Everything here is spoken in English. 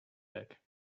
back